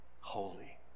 holy